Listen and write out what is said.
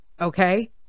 okay